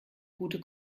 gute